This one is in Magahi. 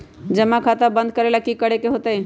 जमा खाता बंद करे ला की करे के होएत?